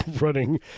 running